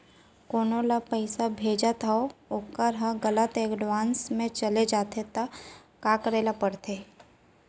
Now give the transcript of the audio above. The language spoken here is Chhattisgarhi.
कोनो ला पइसा भेजथन अऊ वोकर ह गलत एकाउंट में चले जथे त का करे ला पड़थे?